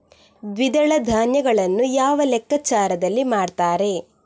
ದ್ವಿದಳ ಧಾನ್ಯಗಳನ್ನು ಯಾವ ಲೆಕ್ಕಾಚಾರದಲ್ಲಿ ಮಾರ್ತಾರೆ?